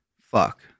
Fuck